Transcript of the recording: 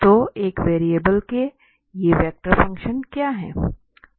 तो एक वेरिएबल के ये वेक्टर फंक्शन क्या है